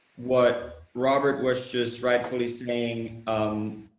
what robert was just rightfully saying, um,